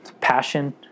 Passion